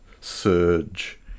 surge